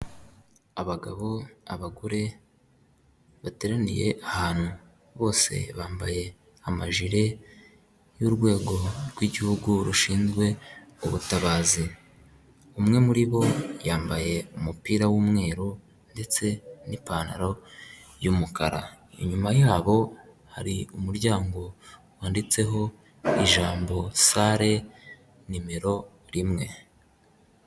Abagabo, abagore bateraniye ahantu bose bambaye amajire y'urwego rw'igihugu rushinzwe ubutabazi, umwe muri bo yambaye umupira w'umweru ndetse n'ipantaro y'umukara, inyuma yabo hari umuryango wanditseho ijambo salle nimero rimwe.